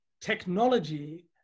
technology